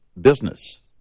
business